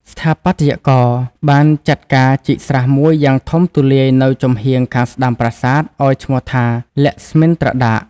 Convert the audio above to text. ស្ថាបត្យករបានចាត់ការជីកស្រះមួយយ៉ាងធំទូលាយនៅចំហៀងខាងស្តាំប្រាសាទ ឲ្យឈ្មោះថា លក្ស្មិន្ទ្រដាក